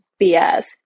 bs